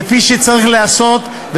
כפי שצריך להיעשות,